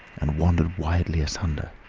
and wandered widely asunder,